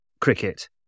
cricket